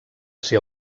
ser